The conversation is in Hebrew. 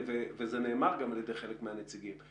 זה גוף שהתחיל טוב והקורונה היא תירוץ.